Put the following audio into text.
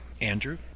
andrew